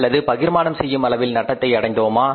அல்லது பகிர்மானம் செய்யும் அளவில் நட்டம் அடைந்தோமா